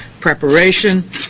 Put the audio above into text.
preparation